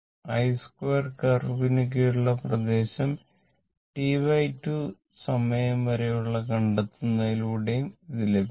I2 കർവിന് കീഴിലുള്ള പ്രദേശം T2 സമയം വരെയുള്ള കണ്ടെത്തുന്നതിലൂടെയും ഇത് ലഭിക്കും